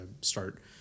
start